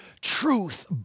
Truth